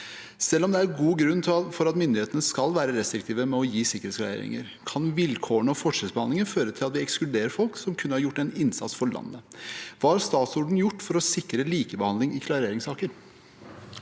Selv om det er gode grunner for at myndighetene skal være restriktive med å gi sikkerhetsklareringer, kan vilkårlighet og forskjellsbehandling føre til at vi ekskluderer folk som kunne gjort en innsats for landet. Hva har statsråden gjort for å sikre likebehandling i klareringssaker?»